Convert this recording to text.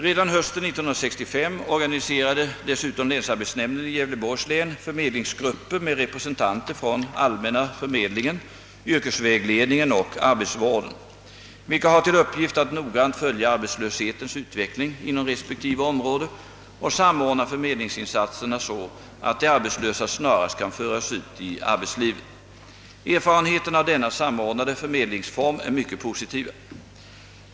Redan hösten 1965 organiserade desutom länsarbetsnämnden i Gävleborgs län förmedlingsgrupper med representanter från allmänna förmedlingen, yrkesvägledningen och arbetsvården, vilka har till uppgift att noggrant följa arbetslöshetens utveckling inom respektive område och samordna förmedlingsinsatserna så att de arbetslösa snarast kan föras ut i arbetslivet. Erfarenheterna av denna samordnade förmedlingsform är mycket positiva.